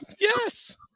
Yes